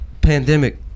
pandemic